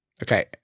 Okay